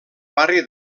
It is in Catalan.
barri